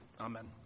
amen